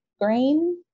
Green